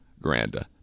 Granda